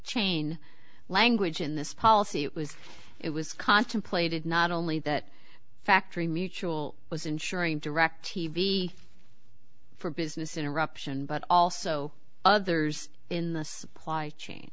chain language in this policy it was it was contemplated not only that factory mutual was insuring direct t v for business interruption but also others in the supply chain